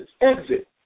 Exit